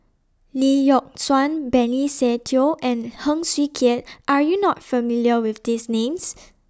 Lee Yock Suan Benny Se Teo and Heng Swee Keat Are YOU not familiar with These Names